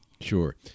Sure